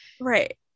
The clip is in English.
right